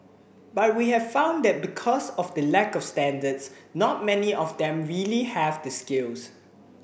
but we have found that because of the lack of standards not many of them really have the skills